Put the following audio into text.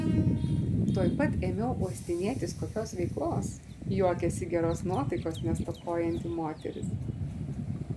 tuoj pat ėmiau uostinėtis kokios veiklos juokėsi geros nuotaikos nestokojanti moteris